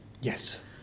Yes